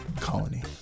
colony